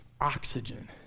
oxygen